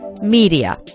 Media